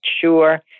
sure